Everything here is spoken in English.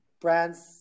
brands